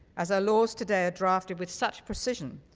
as our laws today are drafted with such precision,